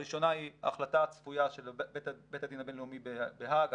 הראשונה היא ההחלטה הצפויה של בית הדין הבינלאומי בהאג,